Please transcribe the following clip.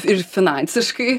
ir finansiškai